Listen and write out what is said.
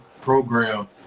program